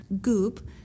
Goop